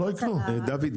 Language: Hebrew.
דוד,